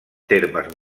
termes